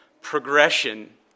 progression